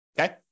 Okay